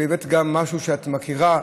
והבאת משהו שאת מוקירה,